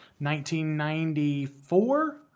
1994